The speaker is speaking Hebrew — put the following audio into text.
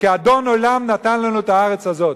כי אדון עולם נתן לנו את הארץ הזאת.